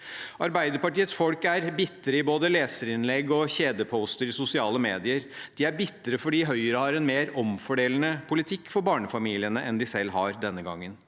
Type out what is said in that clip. Arbeiderpartiets folk er bitre i både leserinnlegg og kjedeposter i sosiale medier. De er bitre fordi Høyre har en mer omfordelende politikk for barnefamiliene enn de selv har denne gangen.